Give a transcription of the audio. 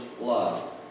love